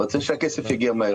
רוצה שהכסף יגיע מהר.